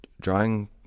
drawing